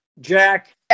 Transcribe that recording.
Jack